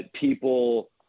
people